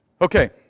Okay